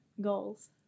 goals